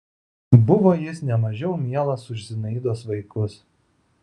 buvo jis ne mažiau mielas už zinaidos vaikus